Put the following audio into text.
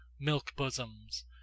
Milk-bosoms